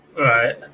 Right